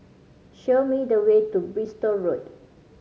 show me the way to Bristol Road